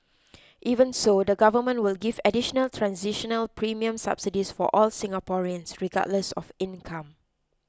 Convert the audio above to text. even so the Government will give additional transitional premium subsidies for all Singaporeans regardless of income